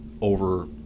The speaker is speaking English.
over